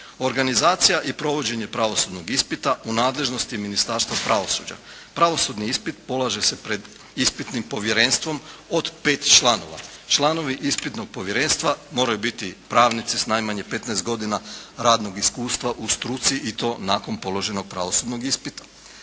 Organizacija i provođenje pravosudnog ispita u nadležnosti Ministarstva pravosuđa. Pravosudni ispit polaže se pred ispitnim povjerenstvom od 5 članova. Članovi ispitnog povjerenstva moraju biti pravnici s najmanje 15 godina rasnog iskustva u struci i to nakon položenog pravosudnog ispita.